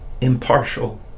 impartial